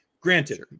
Granted